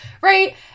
right